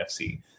FC